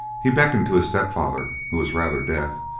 he beckoned to his stepfather, who was rather deaf,